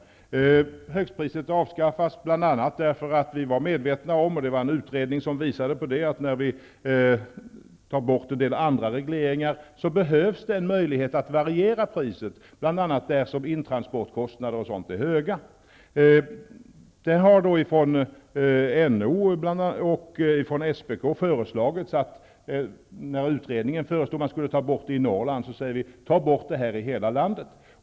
Högstpriset avskaffas bl.a. därför att vi var medvetna om -- en utredning visade på detta -- att när vi tar bort en del andra regleringar behövs en möjlighet att variera priset, t.ex. där som intransportkostnaderna är stora. Från NO och SPK har det kommit förslag. När utredningen föreslog att man skulle ta bort regleringen i Norrland, sade vi att man skall ta bort den i hela landet.